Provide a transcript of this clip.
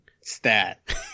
stat